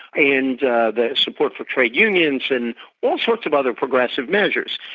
and the support for trade unions, and all sorts of other progressive measures.